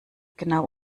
genau